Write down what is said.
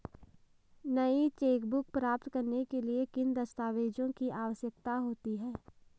नई चेकबुक प्राप्त करने के लिए किन दस्तावेज़ों की आवश्यकता होती है?